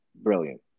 Brilliant